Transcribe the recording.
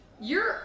You're-